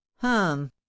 hum